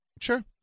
sure